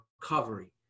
recovery